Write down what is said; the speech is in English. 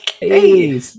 hey